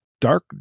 dark